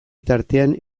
tartean